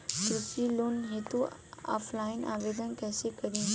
कृषि लोन हेतू ऑफलाइन आवेदन कइसे करि?